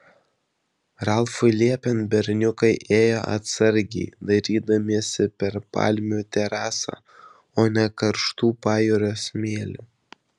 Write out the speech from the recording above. ralfui liepiant berniukai ėjo atsargiai dairydamiesi per palmių terasą o ne karštu pajūrio smėliu